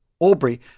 Aubrey